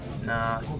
Nah